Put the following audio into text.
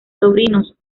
sobrinos